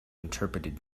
interpreted